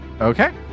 Okay